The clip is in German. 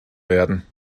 werden